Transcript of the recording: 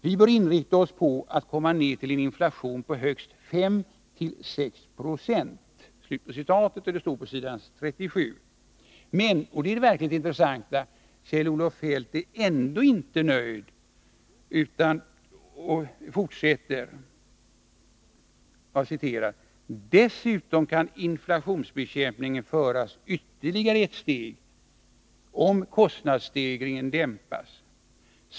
Vi bör inrikta oss på att komma ner till en inflation på högst 5-6 procent.” Detta står på s. 37. Men — och det är det verkligt intressanta — Kjell-Olof Feldt är ändå inte nöjd utan fortsätter: ”Dessutom kan inflationsbekämpningen föras ytterligare ett steg — om kostnadsstegringen dämpas.